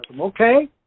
okay